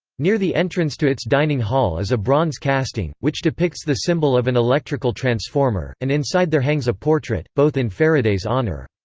near the entrance to its dining hall is a bronze casting, which depicts the symbol of an electrical transformer, and inside there hangs a portrait, both in faraday's honour.